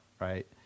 right